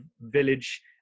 village